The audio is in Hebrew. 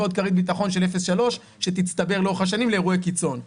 ועוד כרית ביטחון של 0.3 שתצטבר לאורך השנים לאירועי קיצון.